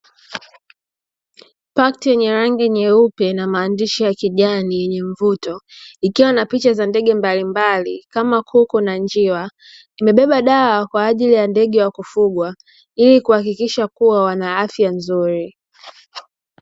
Pakiti yenye rangi nyeupe na maandishi ya kijani yenye mvuto ikiwa na picha za ndege mbalimbali kama kuku na njiwa, kimebeba dawa kwa ajili ya ndege wa kufugwa ili kuhakikisha kuwa wana afya nzuri.